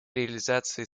реализации